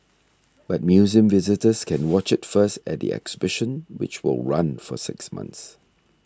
but museum visitors can watch it first at the exhibition which will run for six months